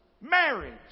marriage